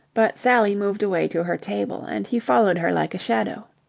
but sally moved away to her table, and he followed her like a shadow.